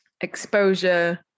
exposure